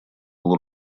был